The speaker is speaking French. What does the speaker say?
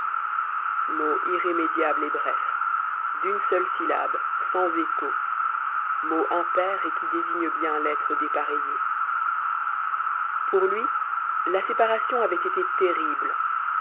mot irrémédiable et bref d'une seule syllabe sans écho mot impair et qui désigne bien l'être dépareillé pour lui la séparation avait été terrible